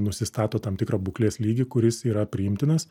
nusistato tam tikrą būklės lygį kuris yra priimtinas